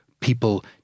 people